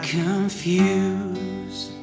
confused